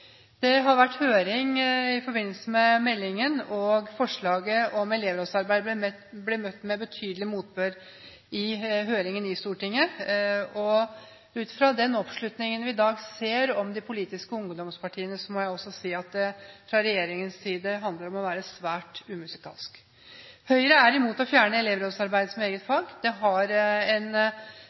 Det har vært høring i forbindelse med meldingen, og forslaget om elevrådsarbeid ble møtt med betydelig motbør i høringen i Stortinget. Ut fra den oppslutningen som vi i dag ser om de politiske ungdomspartiene, må jeg også si at det fra regjeringens side handler om å være svært umusikalsk. Høyre er imot å fjerne elevrådsarbeid som eget fag. Det har en